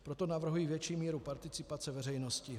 Proto navrhuji větší míru participace veřejnosti.